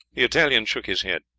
the italian shook his head.